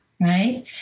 Right